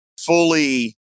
fully